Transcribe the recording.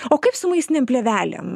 o kaip su maistinėm plėvelėm